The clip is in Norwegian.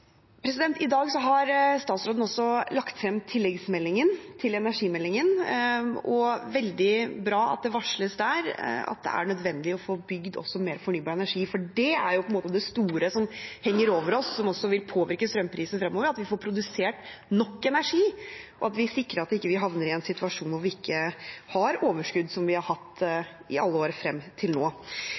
I dag har statsråden lagt fram tilleggsmeldingen til energimeldingen. Det er veldig bra at det varsles der at det er nødvendig å få bygd mer fornybar energi også, for det er jo det store som henger over oss, og som også vil påvirke strømprisene framover – at vi får produsert nok energi, og at vi sikrer at vi ikke havner i en situasjon hvor vi ikke har overskudd, som vi har hatt i alle år frem til nå.